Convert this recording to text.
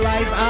Life